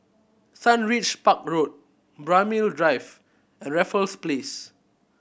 Sundridge Park Road Braemar Drive and Raffles Place